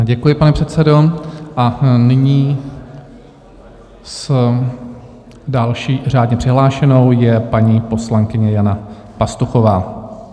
Děkuji, pane předsedo, a nyní s další řádně přihlášenou je paní poslankyně Jana Pastuchová.